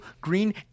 green